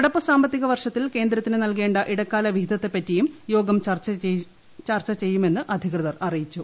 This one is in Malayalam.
നടപ്പ് സാമ്പത്തിക വർഷത്തിൽ കേന്ദ്രത്തിന് നൽകേണ്ട ഇടക്കാല വിഹിതത്തെപ്പറ്റിയും യോഗം ചർച്ച ചെയ്യുമെന്ന് അധികൃതർ അറിയിച്ചു